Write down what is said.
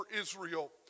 Israel